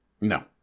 No